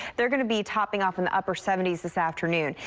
they're going to be topping off in the upper seventy s this afternoon.